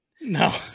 No